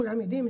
כולנו יודעים,